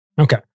Okay